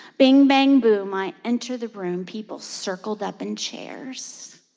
bing, bang, boom, i enter the room. people circled up in chairs.